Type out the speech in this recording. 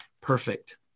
perfect